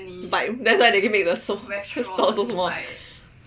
right that's why they want to make the stall so small